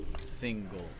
single